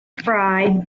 fried